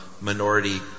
minority